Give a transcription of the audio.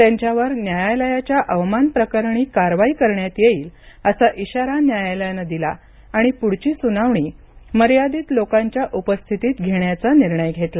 त्यांच्यावर न्यायालयाच्या अवमानप्रकरणी कारवाई करण्यात येईल असा इशारा न्यायालयानं दिला आणि पुढची सुनावणी मर्यादित लोकांच्या उपस्थितीत घेण्याचा निर्णय घेतला